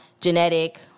genetic